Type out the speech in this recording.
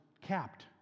capped